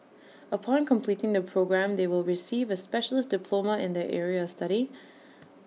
upon completing the programme they will receive A specialist diploma in their area study